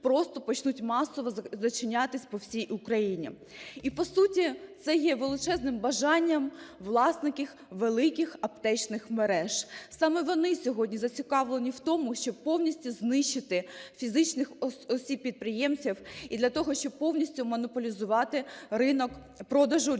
просто почнуть масово зачинятись по всій Україні. І, по суті, це є величезним бажанням власників великих аптечних мереж. Саме вони сьогодні зацікавлені в тому, щоб повністю знищити фізичних осіб-підприємців і для того, щоб повністю монополізувати ринок продажу лікарських